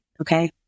Okay